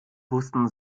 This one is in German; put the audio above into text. wussten